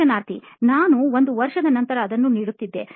ಸಂದರ್ಶನಾರ್ಥಿ ನಾನು ಒಂದು ವರ್ಷದ ನಂತರ ಅದನ್ನು ನೀಡುತ್ತಿದ್ದೆ